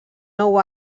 nou